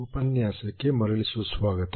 ಉಪನ್ಯಾಸಕ್ಕೆ ಮರಳಿ ಸುಸ್ವಾಗತ